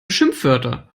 schimpfwörter